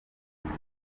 mama